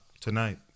tonight